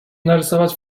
narysować